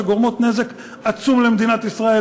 שגורמות נזק עצום למדינת ישראל,